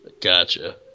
Gotcha